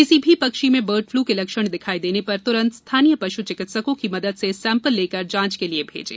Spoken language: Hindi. किसी भी पक्षी में बर्ड फ्लू के लक्षण दिखाई देने पर तुरंत स्थानीय पशु चिकित्सकों की मदद से सैंपल लेकर जांच के लिए भेजें